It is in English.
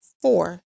Four